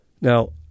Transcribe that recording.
Now